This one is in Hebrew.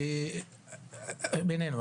בינינו,